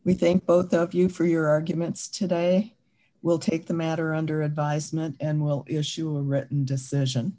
we think both of you for your arguments today will take the matter under advisement and will issue a written decision